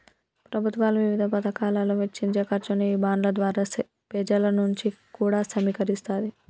ప్రభుత్వాలు వివిధ పతకాలలో వెచ్చించే ఖర్చుని ఈ బాండ్ల ద్వారా పెజల నుంచి కూడా సమీకరిస్తాది